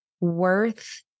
worth